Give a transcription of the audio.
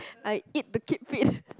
I eat to keep fit